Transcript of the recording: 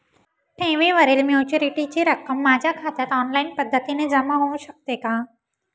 ठेवीवरील मॅच्युरिटीची रक्कम माझ्या खात्यात ऑनलाईन पद्धतीने जमा होऊ शकते का?